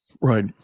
Right